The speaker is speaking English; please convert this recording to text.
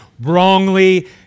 wrongly